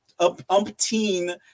umpteen